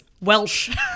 Welsh